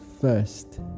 first